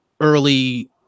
early